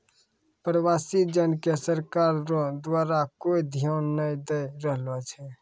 प्रवासी जन के सरकार रो द्वारा कोय ध्यान नै दैय रहलो छै